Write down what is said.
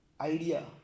idea